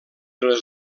les